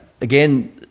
again